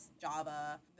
Java